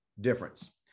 difference